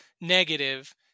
negative